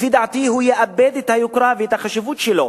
לפי דעתי יאבד את היוקרה ואת החשיבות שלו